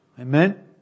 Amen